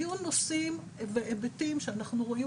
יהיו נושאים בהיבטים שאנחנו רואים